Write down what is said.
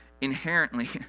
inherently